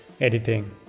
editing